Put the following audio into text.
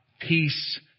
peace